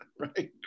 right